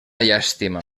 llàstima